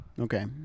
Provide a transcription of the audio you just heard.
Okay